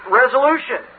resolution